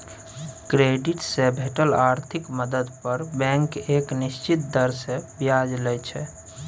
credit से भेटल आर्थिक मदद पर बैंक एक निश्चित दर से ब्याज लइ छइ